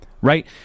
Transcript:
Right